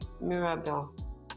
mirabel